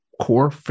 core